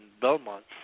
Belmont